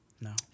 No